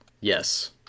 Yes